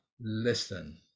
listen